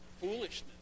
foolishness